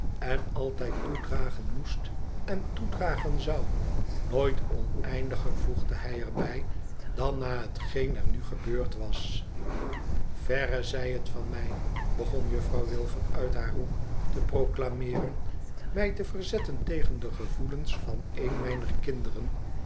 en altijd toedragen moest en toedragen zou nooit oneindiger voegde hij er bij dan na hetgeen er nu gebeurd was verre zij het van mij begon juffrouw wilfer uit haar hoek te proclameeren t mij te verzetten tegen de gevoelens van een mijner kinderen